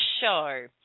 show